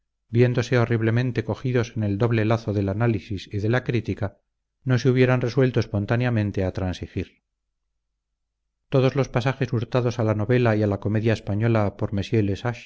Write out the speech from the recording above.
viéndose horriblemente cogidos en el doble lazo del análisis y de la crítica no se hubieran resuelto espontáneamente a transigir todos los pasajes hurtados a la novela y a la comedia española por